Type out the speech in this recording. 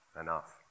enough